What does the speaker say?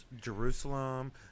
Jerusalem